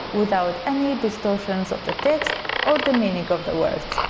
without any distortions of the text or the meaning of the words.